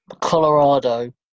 Colorado